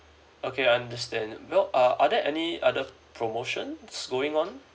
okay I understand well uh are there any other promotions going on